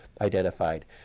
identified